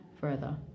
further